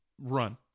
run